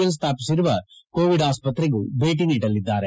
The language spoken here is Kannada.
ಎಲ್ ಸ್ವಾಪಿಸಿರುವ ಕೋವಿಡ್ ಆಸ್ಪತ್ರೆಗೂ ಭೇಟಿ ನೀಡಲಿದ್ದಾರೆ